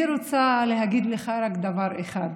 אני רוצה להגיד לך רק דבר אחד,